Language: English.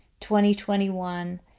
2021